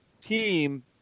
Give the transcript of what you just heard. team